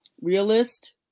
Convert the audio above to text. realist